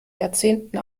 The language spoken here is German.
jahrzehnten